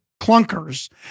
clunkers